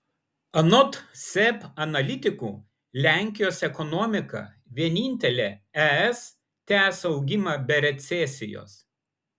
anot seb analitikų lenkijos ekonomika vienintelė es tęs augimą be recesijos